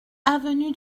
avenue